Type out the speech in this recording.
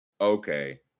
okay